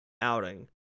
outing